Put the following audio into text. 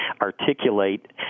articulate